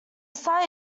site